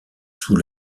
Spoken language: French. sous